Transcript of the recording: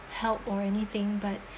help or anything but